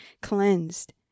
cleansed